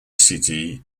city